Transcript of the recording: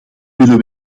willen